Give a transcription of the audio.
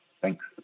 Thanks